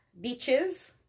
beaches